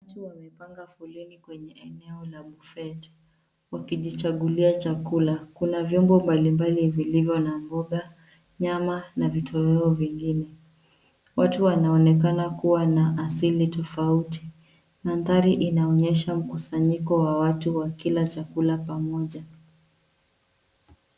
Watu wamepanga foleni kwenye eneo la buffet wakijichagulia chakula kuna vyombo mbali mbali vilivyo na mboga, nyama na vitoweo vingine. Watu wanaonekana kuwa na asili tofauti. Mandhari inaonyesha mkusanyiko wa watu wakila chakula pamoja.